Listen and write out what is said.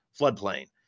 floodplain